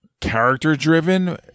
character-driven